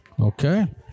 Okay